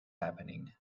happening